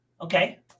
okay